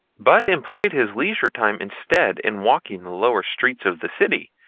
but employed his leisure time instead, in walking the lower streets of the city,